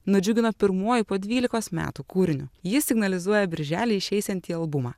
nudžiugino pirmuoju po dvylikos metų kūriniu jis signalizuoja birželį išeisiantį albumą